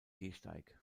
gehsteig